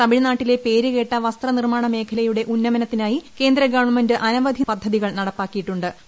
തമിഴ്നാട്ടിലെ പേരുകേട്ട വസ്ത്ര നിർമാണമേഖല യുടെ ഉന്നമനത്തിനായി കേന്ദ്ര ഗവൺമെന്റ് അനവധി പദ്ധതികൾ നടപ്പാക്കിയിട്ടു ്